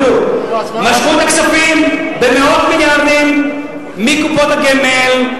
משכו את הכספים במאות מיליארדים מקופות הגמל,